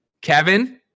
Kevin